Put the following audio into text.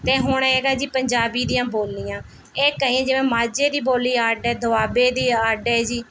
ਅਤੇ ਹੁਣ ਐਗਾ ਜੀ ਪੰਜਾਬੀ ਦੀਆਂ ਬੋਲੀਆਂ ਇਹ ਕਹੇਂ ਜਿਵੇਂ ਮਾਝੇ ਦੀ ਬੋਲੀ ਅੱਡ ਹੈ ਦੋਆਬੇ ਦੀ ਅੱਡ ਹੈ ਜੀ